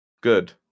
Good